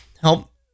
help